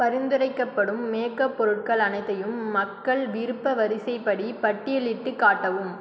பரிந்துரைக்கப்படும் மேக்கப் பொருட்கள் அனைத்தையும் மக்கள் விருப்ப வரிசைப்படி பட்டியலிட்டுக் காட்டவும்